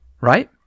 right